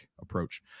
approach